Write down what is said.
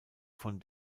von